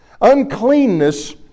Uncleanness